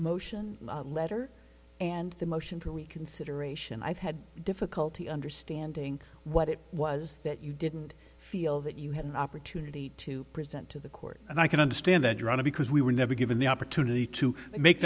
motion letter and the motion for reconsideration i've had difficulty understanding what it was that you didn't feel that you had an opportunity to present to the court and i can understand that drama because we were never given the opportunity to make